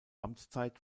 amtszeit